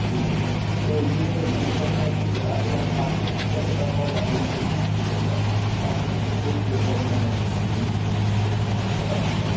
جی جی تو یہ مجھے لگتا ہے کہ پچاس ہزار آپ کو تھوڑا سا پیسہ اور بڑھانا چاہیے پانچ سے دس ہزار تو آپ کو بہت بیسٹ لیپ ٹاپ میں بتا سکتا ہوں